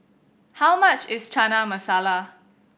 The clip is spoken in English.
how much is Chana Masala